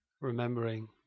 Remembering